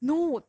but